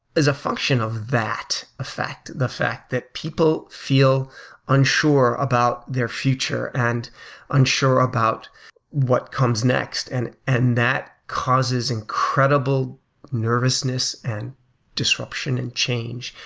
function of that fact. the fact that people feel unsure about their future and unsure about what comes next and and that causes incredible nervousness and disruption and change,